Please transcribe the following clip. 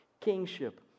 kingship